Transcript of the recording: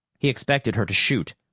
he expected her to shoot,